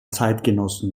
zeitgenossen